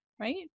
right